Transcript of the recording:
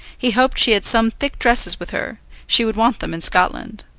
he hoped she had some thick dresses with her she would want them in scotland.